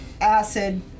acid